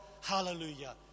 Hallelujah